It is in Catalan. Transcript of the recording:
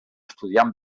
estudiant